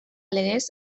legez